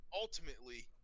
ultimately